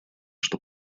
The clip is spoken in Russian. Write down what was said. что